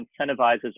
incentivizes